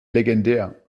legendär